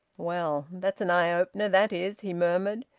well, that's an eye-opener, that is! he murmured,